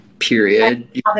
Period